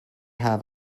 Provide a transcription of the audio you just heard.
have